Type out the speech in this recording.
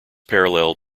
parallel